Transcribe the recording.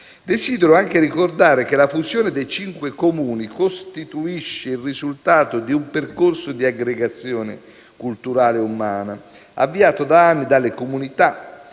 Desidero anche ricordare che la fusione dei cinque Comuni costituisce il risultato di un percorso di aggregazione culturale e umana, avviato da anni dalle comunità